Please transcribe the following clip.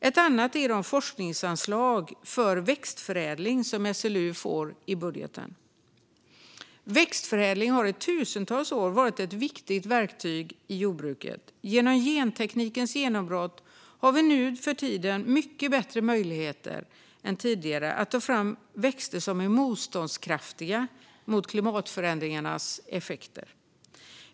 Ett annat är de forskningsanslag för växtförädling som SLU får i budgeten. Växtförädling har i tusentals år varit ett viktigt verktyg i jordbruket. Tack vare genteknikens genombrott har vi nu för tiden mycket bättre möjligheter än tidigare att ta fram växter som är motståndskraftiga mot klimatförändringarnas effekter.